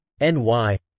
NY